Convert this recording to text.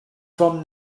from